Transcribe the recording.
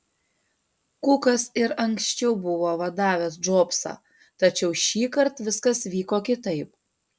kukas ir anksčiau buvo vadavęs džobsą tačiau šįkart viskas vyko kitaip